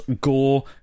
gore